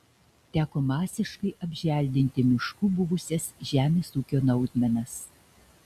teko masiškai apželdinti mišku buvusias žemės ūkio naudmenas